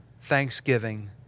thanksgiving